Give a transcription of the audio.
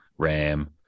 ram